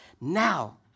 Now